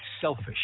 selfish